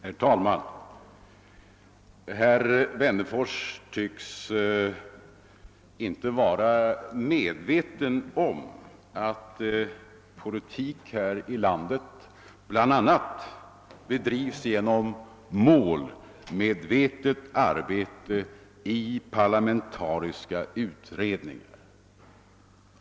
Herr talman! Herr Wennerfors tycks inte vara medveten om att politik här i landet bl.a. bedrivs genom målmedvetet arbete i parlamentariska utredningar.